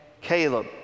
Caleb